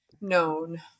known